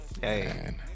Hey